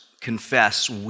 confess